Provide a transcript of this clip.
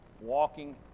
walking